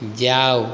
जाउ